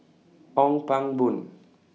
Ong Pang Boon